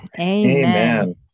Amen